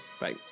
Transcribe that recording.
Bye